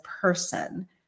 person